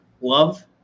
love